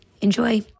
Enjoy